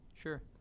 Sure